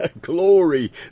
Glory